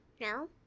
No